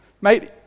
mate